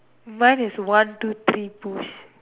mine is one two three push